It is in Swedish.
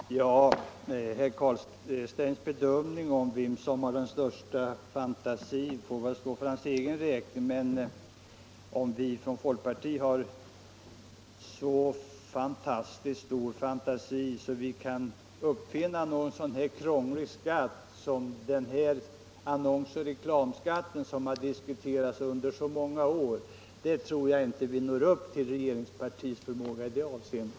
Herr talman! Herr Carlsteins bedömning av vem som har den största fantasin får väl stå för hans egen räkning. Men vi från folkpartiet har inte så fantastiskt stor fantasi att vi kan uppfinna en sådan krånglig skatt som annonsoch reklamskatten, som nu diskuterats under så många år. Jag tror knappast vi når upp till regeringspartiets förmåga i det avseendet.